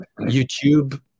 YouTube